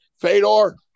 Fedor